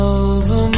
over